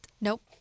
Nope